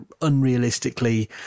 unrealistically